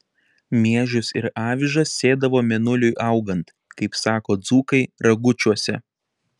miežius ir avižas sėdavo mėnuliui augant kaip sako dzūkai ragučiuose